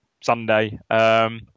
Sunday